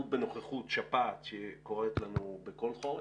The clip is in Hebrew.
ובנוכחות שפעת שקורית לנו בכל חורף,